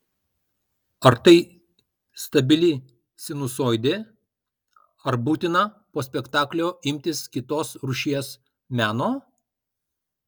ar tai stabili sinusoidė ar būtina po spektaklio imtis kitos rūšies meno